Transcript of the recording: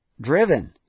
driven